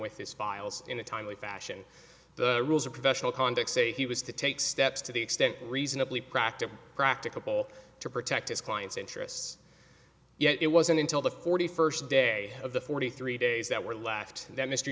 with his files in a timely fashion the rules of professional conduct say he was to take steps to the extent reasonably practical practicable to protect his client's interests yet it wasn't until the forty first day of the forty three days that were left that m